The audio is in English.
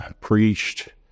preached